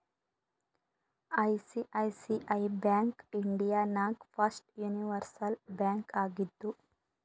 ICICI bank India ನಾಗ್ first universal bank ಆಗಿದ್ದು